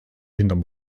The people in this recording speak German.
hinterm